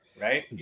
right